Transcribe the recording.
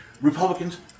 Republicans